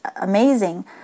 amazing